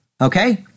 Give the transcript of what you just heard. Okay